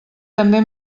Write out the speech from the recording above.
també